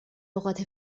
اوقات